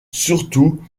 surtout